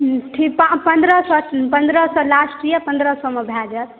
हूँ ठीक तऽ पन्द्रह सए लास्ट यऽ पन्द्रह सए मे भय जायत